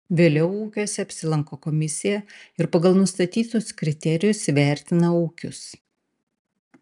vėliau ūkiuose apsilanko komisija ir pagal nustatytus kriterijus vertina ūkius